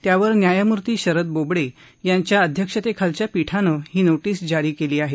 त्यावर न्यायमूर्ती शरद बोबडे यांच्या अध्यक्षतेखालच्या पीठानं ही नोटीस जारी केली आहे